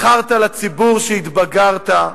מכרת לציבור שהתבגרת,